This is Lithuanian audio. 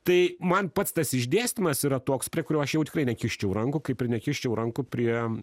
tai man pats tas išdėstymas yra toks prie kurio aš jau tikrai nekiščiau rankų kaip ir nekiščiau rankų prie